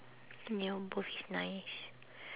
ya both is nice